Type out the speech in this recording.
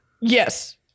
Yes